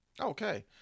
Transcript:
okay